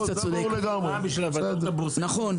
נכון.